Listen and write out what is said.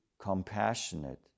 compassionate